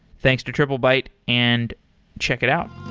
thanks to triplebyte, and check it out.